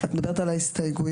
את מדברת על ההסתייגויות.